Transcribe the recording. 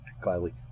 gladly